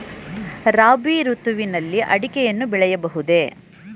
ರಾಬಿ ಋತುವಿನಲ್ಲಿ ಅಡಿಕೆಯನ್ನು ಬೆಳೆಯಬಹುದೇ?